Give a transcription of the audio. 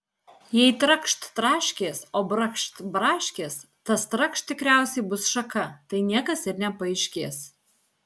jei trakšt traškės o brakšt braškės tas trakšt tikriausiai bus šaka tai niekas ir nepaaiškės